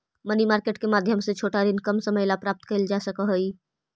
money market के माध्यम से छोटा ऋण कम समय ला प्राप्त कैल जा सकऽ हई